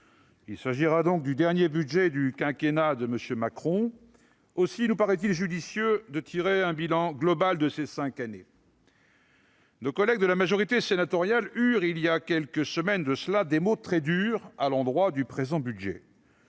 Il s'agira du dernier budget du quinquennat de M. Macron, aussi nous paraît-il judicieux de tirer un bilan global de ces cinq années. Nos collègues de la majorité sénatoriale eurent, il y a quelques semaines de cela, des mots très durs à l'endroit du présent budget.